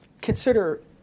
consider